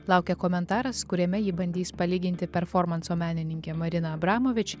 laukia komentaras kuriame ji bandys palyginti performanso menininkę marina abramovič